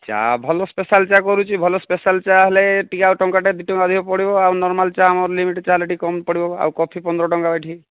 ଚା' ଭଲ ସ୍ପେଶାଲ୍ ଚା' କରୁଛି ଭଲ ସ୍ପେଶାଲ୍ ଚା' ହେଲେ ଟିକେ ଆଉ ଟଙ୍କାଟେ ଦୁଇ ଟଙ୍କା ଅଧିକ ପଡ଼ିବ ଆଉ ନର୍ମାଲ୍ ଚା' ଆମର ଲିମିଟ ଚା' ହେଲେ ଟିକେ କମ୍ ପଡ଼ିବ ଆଉ କଫି ପନ୍ଦର ଟଙ୍କା ଏଠି